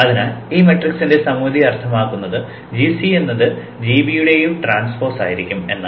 അതിനാൽ ഈ മാട്രിക്സിന്റെ സമമിതി അർത്ഥമാക്കുന്നത gC എന്നത് gB യുടെ ട്രാൻസ്പോസ് ആയിരിക്കും എന്നാണ്